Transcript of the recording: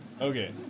Okay